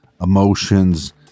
emotions